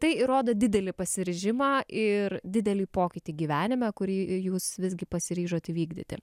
tai rodo didelį pasiryžimą ir didelį pokytį gyvenime kurį jūs visgi pasiryžot įvykdyti